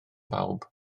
bawb